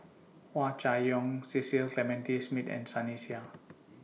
Hua Chai Yong Cecil Clementi Smith and Sunny Sia